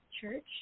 Church